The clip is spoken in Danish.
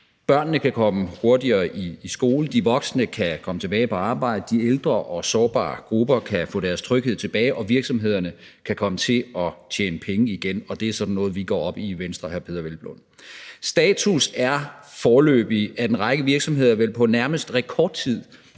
børnene kan komme hurtigere i skole, de voksne kan komme tilbage på arbejde, de ældre og sårbare grupper kan få deres tryghed tilbage og virksomhederne kan komme til at tjene penge igen. Det er sådan noget, vi går op i i Venstre, hr. Peder Hvelplund. Status er foreløbig, at en række virksomheder vel på nærmest rekordtid